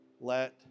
let